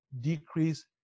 decrease